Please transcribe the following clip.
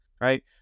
right